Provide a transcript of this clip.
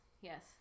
Yes